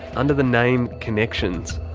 under the name connections.